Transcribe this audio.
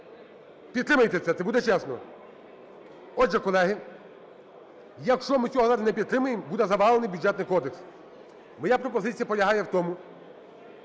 Підтримайте це, це буде чесно. Отже, колеги, якщо ми цього разу не підтримаємо, буде завалений Бюджетний кодекс. Моя пропозиція полягає в тому,